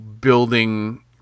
building